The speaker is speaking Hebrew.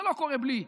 זה לא קורה בלי.